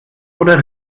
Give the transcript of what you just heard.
oder